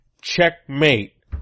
Checkmate